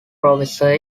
professor